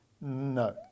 no